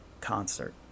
concert